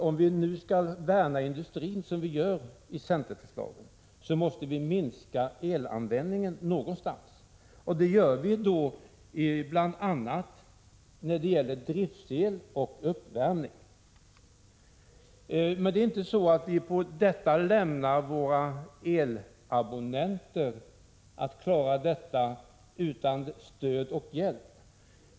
Om vi vill värna industrin, som vi gör enligt centerns förslag, måste vi självfallet minska elanvändningen någonstans. Det gör vi bl.a. i fråga om driftsel och uppvärmningsel. Det betyder att vi inte lämnar våra elabonnenter utan stöd och hjälp.